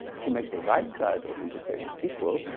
to make the right sides of these equations equal.